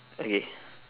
okay